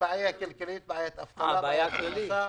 בעיה כלכלית, בעיית אבטלה, בעיית אכיפה.